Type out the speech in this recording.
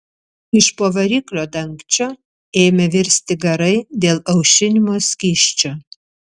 iš po variklio dangčio ėmė virsti garai dėl aušinimo skysčio